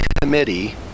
Committee